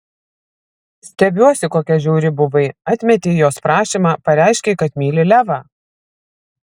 stebiuosi kokia žiauri buvai atmetei jos prašymą pareiškei kad myli levą